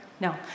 No